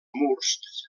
murs